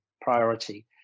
Priority